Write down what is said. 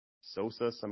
Sosa